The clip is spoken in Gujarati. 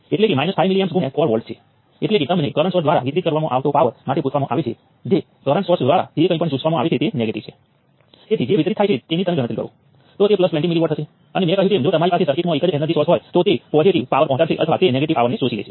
અને જો તમને યાદ છે કે મેં અગાઉ શું કહ્યું હતું તે ડાયગોનલ એલિમેન્ટ્સ નોડ 1 સાથે જોડાયેલ કુલ કન્ડકટન્સ ધરાવે છે તેથી ફક્ત Ga અહીં દેખાશે